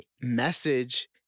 message